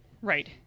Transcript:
Right